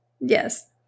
Yes